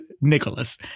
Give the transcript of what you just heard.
Nicholas